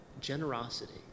generosity